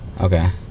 Okay